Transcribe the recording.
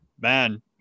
man